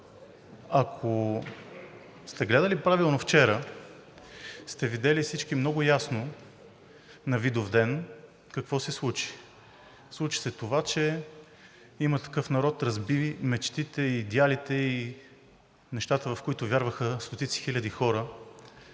ако сте гледали правилно вчера, сте видели всички много ясно на Видовден какво се случи. Случи се това, че „Има такъв народ“ разби мечтите и идеалите, и нещата, в които вярваха стотици хиляди хора,